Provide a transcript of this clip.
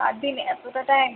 পাঁচ দিনে এতটা টাইম